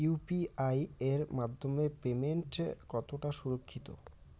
UPI এর মাধ্যমে payment কতটা সুরক্ষিত?